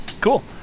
cool